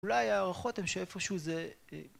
אולי הערכות אם שאיפשהו זה